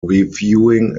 reviewing